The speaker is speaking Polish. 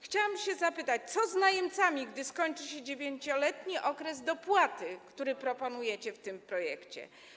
Chciałam zapytać, co z najemcami, gdy skończy się 9-letni okres dopłaty, który proponujecie w tym projekcie?